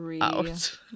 out